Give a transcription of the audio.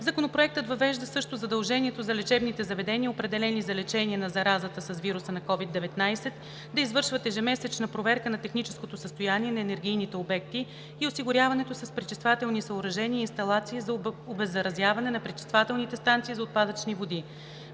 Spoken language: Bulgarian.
Законопроектът въвежда също задължението за лечебните заведения, определени за лечение на заразата с вируса на COVID-19, да извършват ежемесечна проверка на техническото състояние на енергийните обекти и осигуряването с пречиствателни съоръжения и инсталации за обеззаразяване на пречиствателните станции за отпадъчни води.